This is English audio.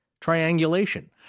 triangulation